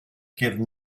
give